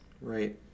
Right